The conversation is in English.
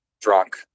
drunk